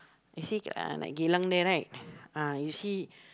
you see uh like Geylang there right ah you see